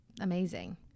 amazing